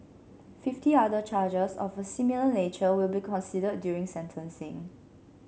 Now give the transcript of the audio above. fifty other charges of a similar nature will be considered during sentencing